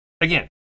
Again